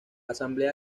asamblea